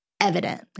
evident